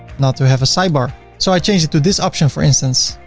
not to have a sidebar. so i change it to this option for instance,